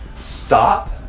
Stop